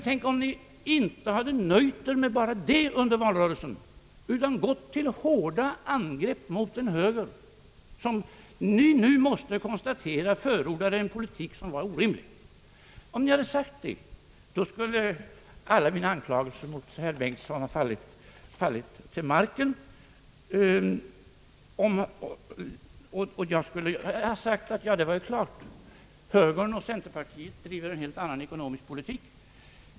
Tänk om ni inte nöjt er med bara det under valrörelsen utan hade gått till hårda angrepp mot en höger, som ni nu måste konstatera förordade en politik som var orimlig. Om ni hade sagt det skulle alla mina anklagelser mot herr Bengtson ha fallit till marken. Jag skulle ha sagt att det givetvis var klart, eftersom högern och folkpartiet driver en helt annan ekonomisk politik.